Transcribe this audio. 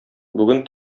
бүген